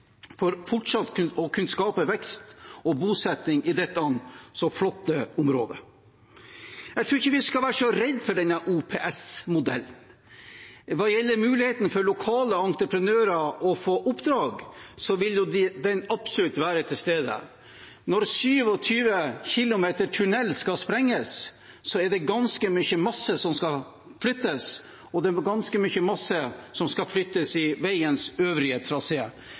for fortsatt å kunne skape vekst og bosetting i dette så flotte området. Jeg tror ikke vi skal være så redde for denne OPS-modellen. Hva gjelder muligheten for lokale entreprenører til å få oppdrag, vil den absolutt være til stede. Når 27 kilometer tunnel skal sprenges, er det ganske mye masse som skal flyttes, og det er ganske mye masse som skal flyttes i veiens